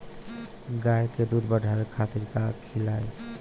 गाय के दूध बढ़ावे खातिर का खियायिं?